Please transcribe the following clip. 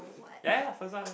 ya ya first one